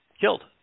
killed